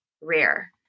rare